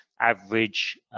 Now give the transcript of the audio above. average